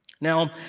Now